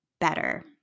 better